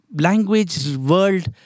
Language-world